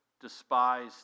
despised